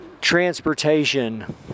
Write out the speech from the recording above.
transportation